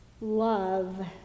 love